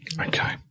Okay